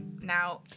Now